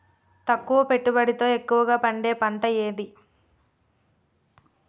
తక్కువ పెట్టుబడితో ఎక్కువగా పండే పంట ఏది?